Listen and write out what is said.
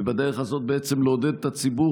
ובדרך הזאת בעצם לעודד את הציבור,